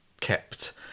kept